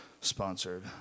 sponsored